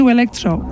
Electro